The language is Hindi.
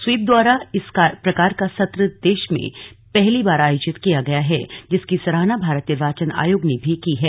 स्वीप द्वारा इस प्रकार का सत्र देश में पहली बार आयोजित किया गया है जिसकी सराहना भारत निर्वाचन आयोग ने भी की है